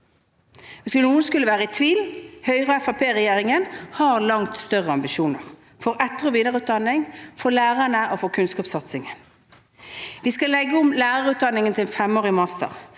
noen skulle være i tvil, Høyre– Fremskrittsparti-regjeringen har langt større ambisjoner for etter- og videreutdanning, for lærerne og for kunnskapssatsingen. Vi skal legge om lærerutdanningen til en femårig master.